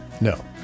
No